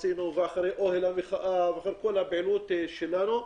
זה מגיע אחרי ההפגנות שעשינו ואחרי אוהל המחאה ואחרי כל הפעילות שלנו.